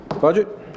budget